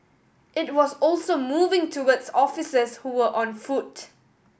it was also moving towards officers who were on foot